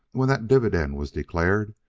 when that dividend was declared,